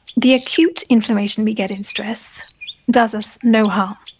the acute inflammation we get in stress does us no harm.